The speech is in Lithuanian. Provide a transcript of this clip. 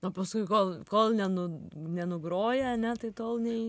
o paskui kol kol nenu nenugroja ane tai tol nei